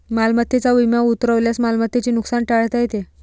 मालमत्तेचा विमा उतरवल्यास मालमत्तेचे नुकसान टाळता येते